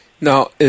Now